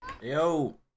Yo